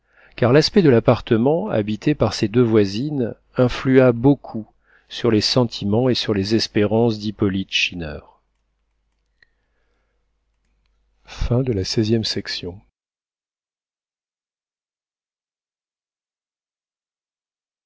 car l'aspect de l'appartement habité par ses deux voisines influa beaucoup sur les sentiments et sur les espérances d'hippolyte schinner